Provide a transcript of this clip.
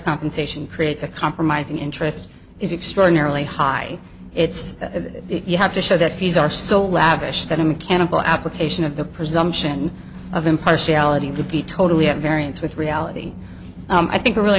compensation creates a compromising interest is extraordinarily high it's that you have to show that fees are so lavish that a mechanical application of the presumption of impartiality would be totally at variance with reality i think a really